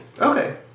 Okay